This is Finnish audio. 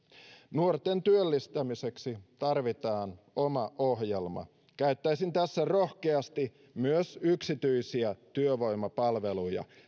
nuorten työllistämiseksi tarvitaan oma ohjelma käyttäisin tässä rohkeasti myös yksityisiä työvoimapalveluja